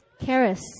Karis